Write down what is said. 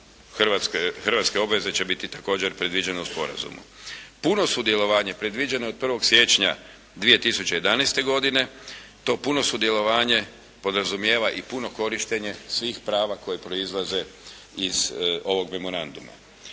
hrvatske obveze će biti također predviđene u sporazumu. Puno sudjelovanje predviđeno je od 1. siječnja 2011. godine. To puno sudjelovanje podrazumijeva i puno korištenje svih prava koja proizlaze iz ovog memoranduma.